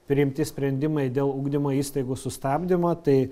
priimti sprendimai dėl ugdymo įstaigų sustabdymo tai